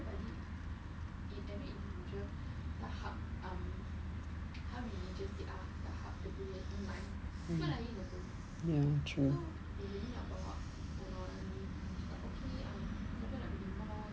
ya true